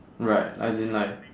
right as in like